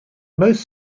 most